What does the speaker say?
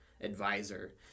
advisor